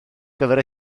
gyfer